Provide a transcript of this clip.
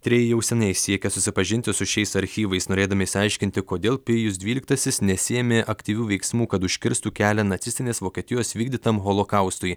tyrėjai jau seniai siekia susipažinti su šiais archyvais norėdami išsiaiškinti kodėl pijus dvyliktasis nesiėmė aktyvių veiksmų kad užkirstų kelią nacistinės vokietijos vykdytam holokaustui